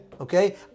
okay